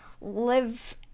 live